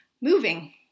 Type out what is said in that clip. Moving